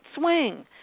swing